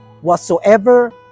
whatsoever